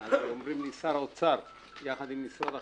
אז אומרים: שר האוצר יחד עם משרד החקלאות.